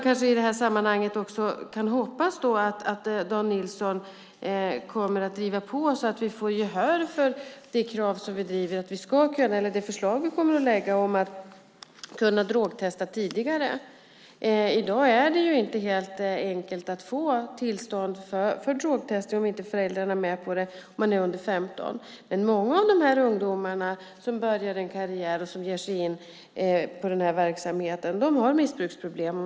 I det här sammanhanget hoppas jag att Dan Nilsson kommer att driva på så att vi får gehör för det förslag som vi kommer att lägga fram om att drogtesta tidigare. I dag är det inte helt enkelt att få tillstånd för drogtester av dem som är under 15 år om inte föräldrarna är med på det. Många av de ungdomar som börjar en karriär och ger sig in i den här verksamheten har missbruksproblem.